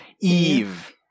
Eve